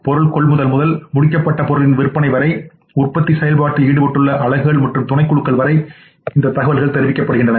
பொருள் கொள்முதல் முதல் முடிக்கப்பட்ட பொருளின் விற்பனை வரை உற்பத்தி செயல்பாட்டில் ஈடுபட்டுள்ள அலகுகள் மற்றும் துணைக்குழுக்கள் வரை தெரிவிக்கப்படுகின்றன